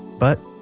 but.